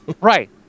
Right